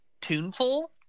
tuneful